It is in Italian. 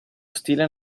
stile